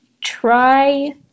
try